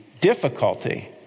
difficulty